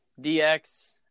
DX